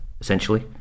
essentially